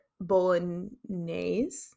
bolognese